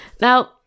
Now